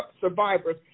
survivors